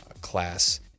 Class